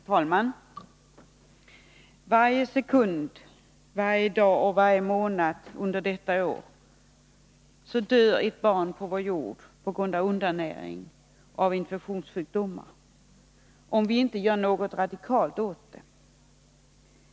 Herr talman! Varje sekund, varje dag och varje månad under detta år dör ett barn på vår jord på grund av undernäring och av infektionssjukdomar, om vi inte gör något radikalt åt det.